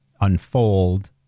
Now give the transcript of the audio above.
unfold